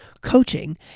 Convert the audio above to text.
coaching